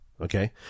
okay